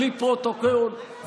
בלי פרוטוקול,